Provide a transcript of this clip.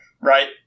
right